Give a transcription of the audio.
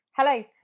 Hello